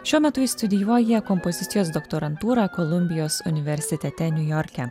šiuo metu ji studijuoja kompozicijos doktorantūrą kolumbijos universitete niujorke